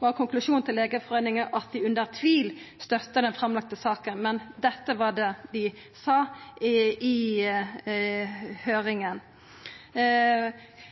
var konklusjonen til Legeforeningen at dei under tvil støttar den framlagde saka, men dette var det dei sa i